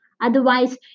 Otherwise